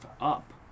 up